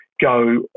go